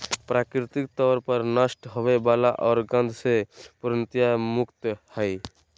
प्राकृतिक तौर से नष्ट होवय वला आर गंध से पूर्णतया मुक्त हइ